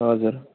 हजुर